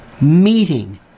meeting